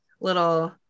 little